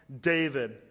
David